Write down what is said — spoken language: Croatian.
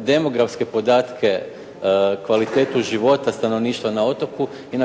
demografske podatke, kvalitetu života stanovništva na otoku i